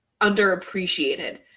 underappreciated